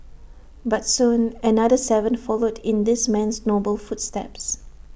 but soon another Seven followed in this man's noble footsteps